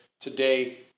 Today